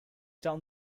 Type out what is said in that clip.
down